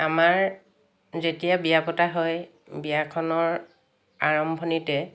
আমাৰ যেতিয়া বিয়া পতা হয় বিয়াখনৰ আৰম্ভণিতে